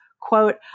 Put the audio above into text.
Quote